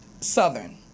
southern